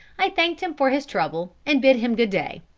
i thanked him for his trouble, and bid him good day.